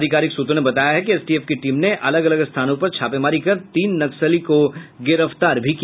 अधिकारिक सूत्रों ने बताया है कि एसटीएफ की टीम ने अलग अलग स्थानों पर छापेमारी कर तीन नक्सली को भी गिरफ्तार किया